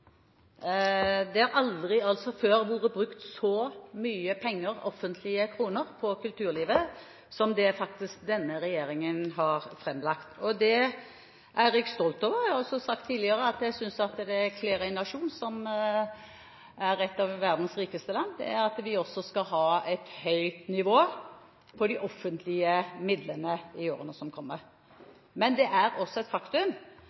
Det har aldri før vært brukt så mye penger – offentlige kroner – på kulturlivet som denne regjeringen har framlagt. Det er jeg stolt over. Jeg har også tidligere sagt at jeg synes det kler en nasjon som er en av verdens rikeste, at vi skal ha et høyt nivå på de offentlige midlene i årene som kommer. Men det er også et faktum